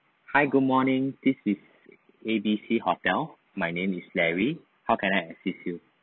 hi good morning this is A B C hotel my name is larry how can I assist you